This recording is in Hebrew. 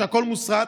כשהכול מוסרט,